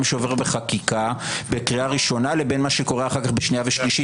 שעובר בחקיקה בקריאה ראשונה למה שקורה אחר כך בשנייה ושלישית.